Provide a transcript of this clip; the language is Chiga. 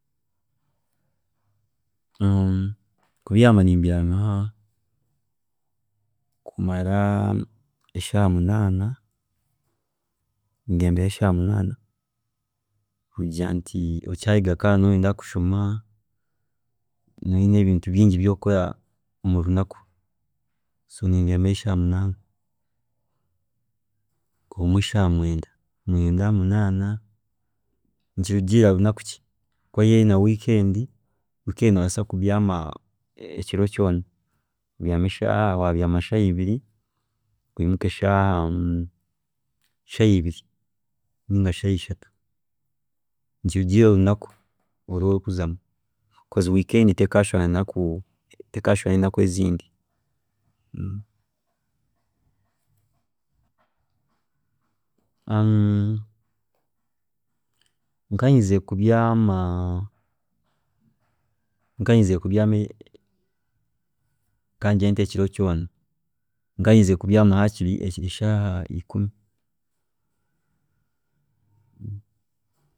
Kubyaama nimbyaama kumara eshaaha munaana, ngyendayo shaaha munaana kugira nti okyayega kandi nooba noyenda kushoma nooba oyine ebintu bingi byokukora murunakaku, so nimbyaama eshaaha munaana obumwe eshaaha mwenda, mwenda munaana so nikirugiirira aha runaku ki, kweraabe eri nka weekend, weekend nobaasa kubyaama ekiro kyoona, obyaame shaa shaaha ibiri oyimuke shaaha shaaha ibiri ninga shaaha ishatu nikirugiirira orunaku oru ori kuzamu because weekend tekushusha tekashusha nezindi naku, nkayenzire kubyaama kangire nti ekiro kyoona, nkayenzire kubyaama kangire nti eshaaha ikumi